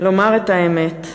לומר את האמת,